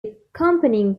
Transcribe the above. accompanying